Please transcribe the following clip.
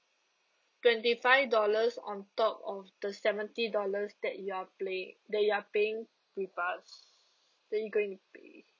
twenty five dollars on top of the seventy dollars that you're play that you are paying with us that you going to pay